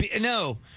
No